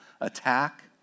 attack